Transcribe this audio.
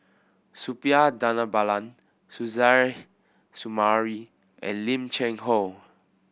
Suppiah Dhanabalan Suzairhe Sumari and Lim Cheng Hoe